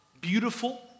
Beautiful